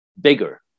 bigger